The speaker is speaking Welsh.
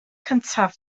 gyntaf